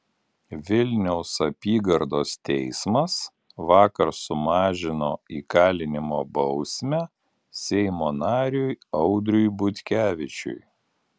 vilniaus apygardos teismas vakar sumažino įkalinimo bausmę seimo nariui audriui butkevičiui